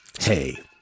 Hey